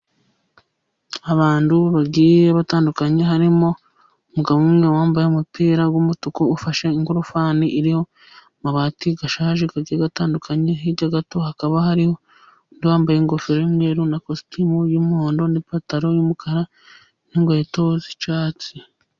Abantu bagiye batandukanye harimo umugabo umwe wambaye umupira w'umutuku, ufashe ingorofani iriho amabati ashaje agiye atandukanye, hirya gato hakaba hari undi wambaye ingofero y'umweru na kositimu y'umuhondo n'ipantaro y'umukara n'inkweto z'icyatsi.